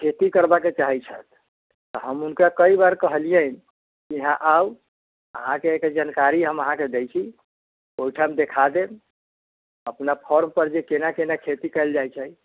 खेती करबऽके चाहैत छथि तऽ हम हुनका कइ बार कहलिअनि कि इहाँ आउ अहाँकेँ एकर जानकारी हम अहाँकेँ दै छी ओहिठाम देखा देब अपना फॉर्म पर जे केना केना खेती कएल जाइत छै